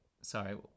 Sorry